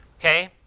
Okay